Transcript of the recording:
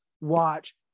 watch